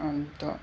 अन्त